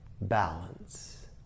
balance